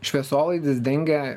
šviesolaidis dengia